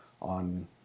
on